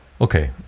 Okay